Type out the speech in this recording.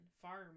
Farm